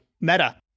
meta